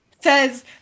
says